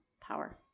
power